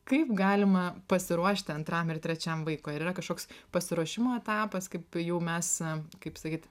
kaip galima pasiruošti antram ir trečiam vaikui ar yra kažkoks pasiruošimo etapas kaip jau mes kaip sakyt